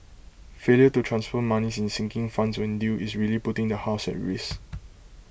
failure to transfer monies in sinking funds when due is really putting the house at risk